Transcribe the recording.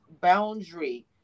boundary